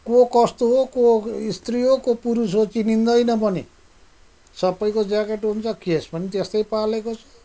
को कस्तो हो को स्त्री हो को पुरुष हो चिनिँदैन पनि सबैको ज्याकेट हुन्छ केश पनि त्यस्तै पालेको छ